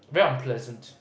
very unpleasant